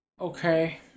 Okay